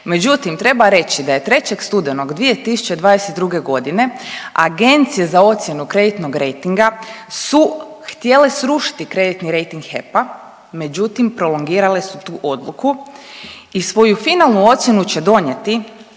Međutim, treba reći da je 3. studenoga 2022. godine agencije za ocjenu kreditnog rejtinga su htjele srušiti kreditni rejting HEP-a. Međutim, prolongirale su tu odluku i svoju finalnu ocjenu će donijeti